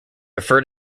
refer